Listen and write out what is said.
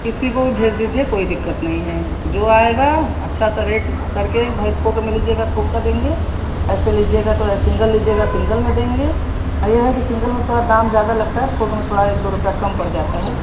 किसी को भी भेज दीजिए कोई दिक़्क़त नहीं है जो आएगा अच्छा सा रेट करके भाई थोक में लीजिएगा थोक का देंगे ऐसे लीजिएगा तो सिंगल लीजिएगा सिंगल में देंगे यह है कि सिंगल में थोड़ा दाम ज़्यादा लगता है थोक में थोड़ा एक दो रुपये कम पड़ जाता है